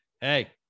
Hey